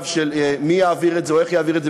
של מי יעביר את זה או איך יעביר את זה.